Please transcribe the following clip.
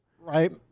Right